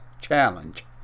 challenge